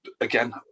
Again